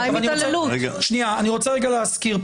אני רוצה רגע להזכיר,